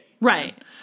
Right